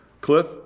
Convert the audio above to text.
Cliff